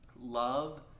love